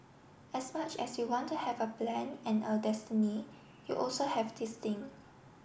as much as you want to have a plan and a destiny you also have this thing